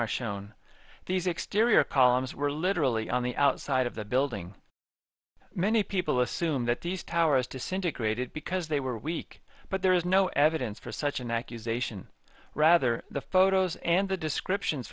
are shown these exterior columns were literally on the outside of the building many people assume that these towers disintegrated because they were weak but there is no evidence for such an accusation rather the photos and the descriptions